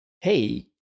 hey